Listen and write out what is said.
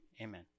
amen